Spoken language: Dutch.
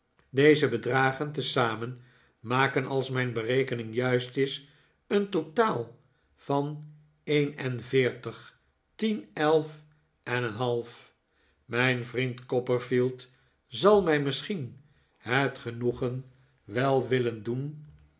deze bedragen tezamen maken als mijn berekening juist is een totaal van een en veertig tien elf en een half mijn vriend copperfield zal mij misschien het genoegen wel willen doen